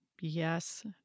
Yes